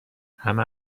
همه